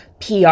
PR